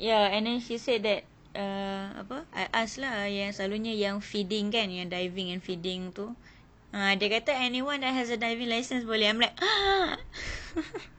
ya and then she said that uh apa I ask lah yang selalunya yang feeding kan yang diving and feeding tu dia kata anyone that has a diving license boleh I'm like ah